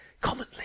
commonly